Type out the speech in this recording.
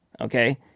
Okay